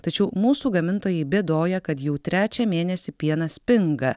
tačiau mūsų gamintojai bėdoja kad jau trečią mėnesį pienas pinga